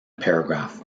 paragraph